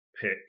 pick